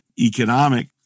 economic